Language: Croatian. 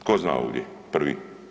Tko zna ovdje, prvi?